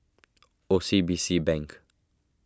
O C B C Bank